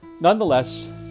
Nonetheless